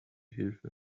hilfe